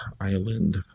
Island